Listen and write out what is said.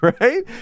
right